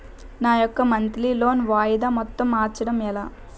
నా యెక్క monthly loan వాయిదా మొత్తం మార్చడం ఎలా?